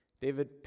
David